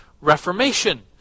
Reformation